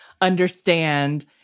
understand